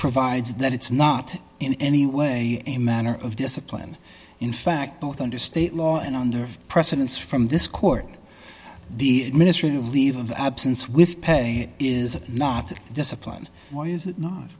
provides that it's not in any way a matter of discipline in fact both under state law and under precedents from this court the administration of leave of absence with pay it is not that disciplined why is it not